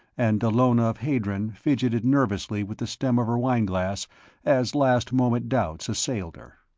and dallona of hadron fidgeted nervously with the stem of her wineglass as last-moment doubts assailed her.